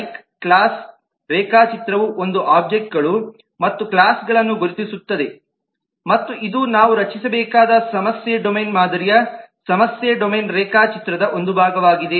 like class ರೇಖಾಚಿತ್ರವು ಮೂಲ ಒಬ್ಜೆಕ್ಟ್ಗಳು ಮತ್ತು ಕ್ಲಾಸ್ಗಳನ್ನು ಗುರುತಿಸುತ್ತದೆ ಮತ್ತು ಇದು ನಾವು ರಚಿಸಬೇಕಾದ ಸಮಸ್ಯೆ ಡೊಮೇನ್ ಮಾದರಿಯ ಸಮಸ್ಯೆಯ ಡೊಮೇನ್ ರೇಖಾಚಿತ್ರದ ಒಂದು ಭಾಗವಾಗಿದೆ